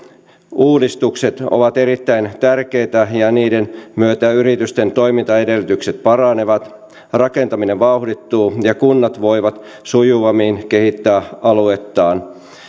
uudistukset ovat erittäin tärkeitä ja niiden myötä yritysten toimintaedellytykset paranevat rakentaminen vauhdittuu ja kunnat voivat sujuvammin kehittää aluettaan